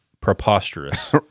preposterous